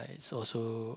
it's also